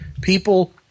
People